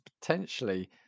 potentially